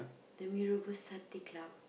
the mee-rebus satay Club